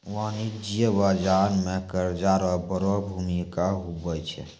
वाणिज्यिक बाजार मे कर्जा रो बड़ो भूमिका हुवै छै